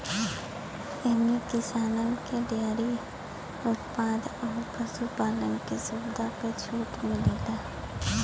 एम्मे किसानन के डेअरी उत्पाद अउर पशु पालन के सुविधा पे छूट मिलेला